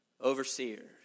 Overseers